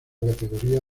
categoría